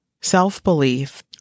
self-belief